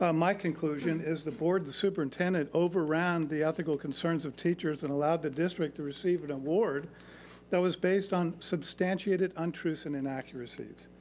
um my conclusion is the board, the superintendent overran the ethical concerns of teachers and allowed the district to receive an award that was based on substantiated untruths and inaccuracies.